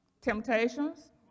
Temptations